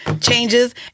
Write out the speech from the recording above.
changes